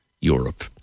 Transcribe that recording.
Europe